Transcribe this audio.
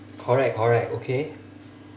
correct correct okay